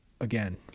again